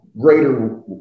greater